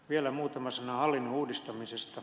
vielä muutama sana hallinnon uudistamisesta